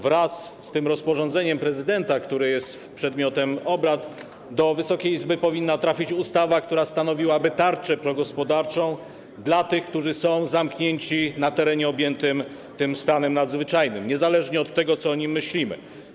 Wraz z rozporządzeniem prezydenta, które jest przedmiotem obrad, do Wysokiej Izby powinna trafić ustawa, która stanowiłaby tarczę progospodarczą dla tych, którzy są zamknięci na terenie objętym tym stanem nadzwyczajnym, niezależnie od tego, co o nim myślimy.